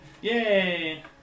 Yay